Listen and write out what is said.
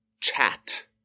chat